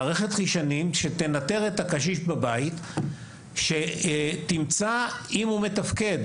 מערכת חיישנים שתאתר את הקשיש בבית ותמצא אם הוא מתפקד.